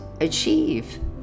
achieve